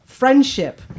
Friendship